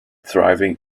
thriving